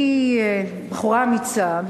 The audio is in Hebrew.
היא בחורה אמיצה,